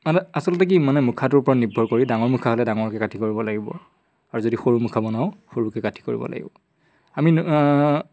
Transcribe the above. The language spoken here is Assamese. মানে আচলতে কি মানে মুখাটোৰ ওপৰত নিৰ্ভৰ কৰি ডাঙৰ মুখা হ'লে ডাঙৰকে কাঠি কৰিব লাগিব আৰু যদি সৰু মুখা বনাওঁ সৰুকে কাঠি কৰিব লাগিব আমি